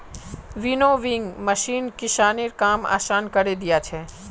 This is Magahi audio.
विनोविंग मशीन किसानेर काम आसान करे दिया छे